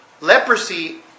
leprosy